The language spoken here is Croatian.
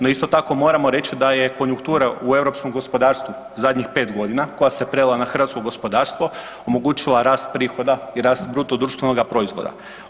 No, isto tako moramo reći da je konjuktura u europskom gospodarstvu zadnjih pet godina koja se prelila na hrvatsko gospodarstvo omogućila rast prihoda i rast bruto društvenoga proizvoda.